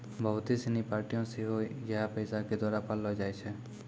बहुते सिनी पार्टियां सेहो इहे पैसा के द्वारा पाललो जाय छै